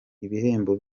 ibihembo